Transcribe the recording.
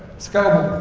scoble.